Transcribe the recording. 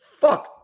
Fuck